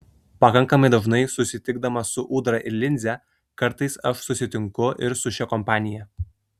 pakankamai dažnai susitikdamas su ūdra ir linze kartais aš susitinku ir su šia kompanija